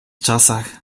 czasach